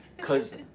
cause